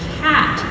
cat